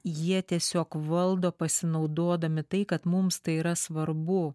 jie tiesiog valdo pasinaudodami tai kad mums tai yra svarbu